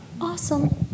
Awesome